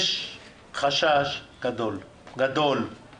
יש חשש גדול של